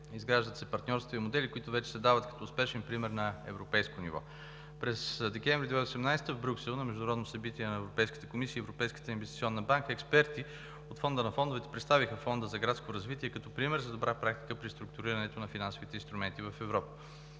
изграждат се партньорства и модели, които вече се дават като успешен пример на европейско ниво. През декември 2018 г. в Брюксел, на международно събитие на Европейската комисия и Европейската инвестиционна банка, експерти от Фонда на фондовете представиха Фонда за градско развитие като пример за добра практика при структурирането на финансовите инструменти в Европа.